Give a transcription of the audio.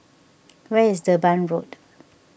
where is Durban Road